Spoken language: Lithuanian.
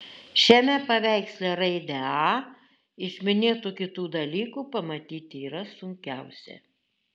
šiame paveiksle raidę a iš minėtų kitų dalykų pamatyti yra sunkiausia